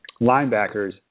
linebackers